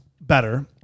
better